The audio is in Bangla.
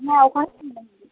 না ওখানে